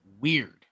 weird